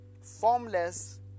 Formless